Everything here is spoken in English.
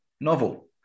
novel